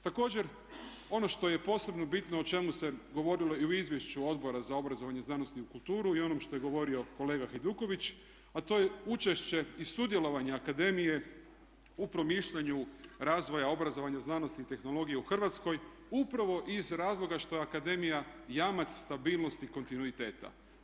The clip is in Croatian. Također, ono što je posebno bitno o čemu se govorilo i u izvješću Odbora za obrazovanje, znanost i kulturu i onom što je govorio kolega Hajduković, a to je učešće i sudjelovanje akademije u promišljanju razvoja obrazovanja, znanosti i tehnologije u Hrvatskoj upravo iz razloga što je akademija jamac stabilnosti kontinuiteta.